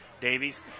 Davies